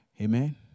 Amen